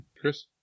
Chris